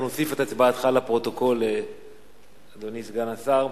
אנחנו נוסיף את הצבעתך לפרוטוקול, אדוני סגן השר.